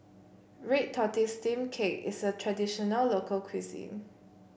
Red Tortoise Steamed Cake is a traditional local cuisine